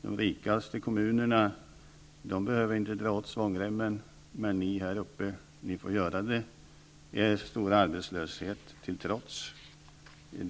De rikaste kommunerna behöver inte dra åt svångremmen, men ni här uppe ni får göra det, er stora arbetslöshet till trots, får jag säga.